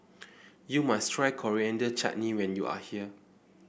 you must try Coriander Chutney when you are here